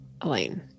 Elaine